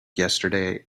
yesterday